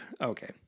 Okay